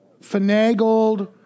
finagled